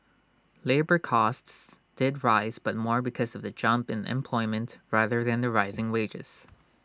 labour costs did rise but more because of the jump in employment rather than the rising wages